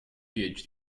phd